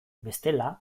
bestela